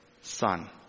son